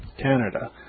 Canada